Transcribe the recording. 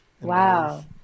Wow